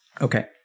okay